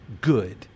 good